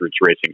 racing